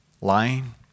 Lying